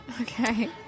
Okay